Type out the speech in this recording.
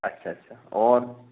अच्छा अच्छा और